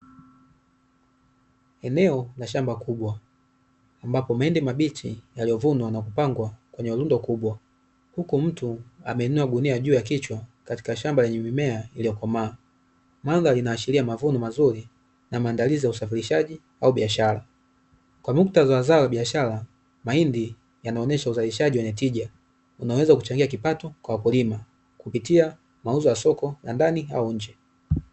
Eneo la shamba kubwa ambapo umeenda mabichi yaliyovunwa na kupangwa kwenye runda kubwa huko mtu amenunua gunia juu ya kichwa katika shamba yenye mimea iliyokomaa mwanga linaashiria mavuno mazuri na maandalizi ya usafirishaji au biashara kwa muktadha wa zao la biashara mahindi yanaonyesha uzalishaji wenye tija unaweza kuchangia kipato kwa wakulima kupitia mauzo ya soko na ndani au nje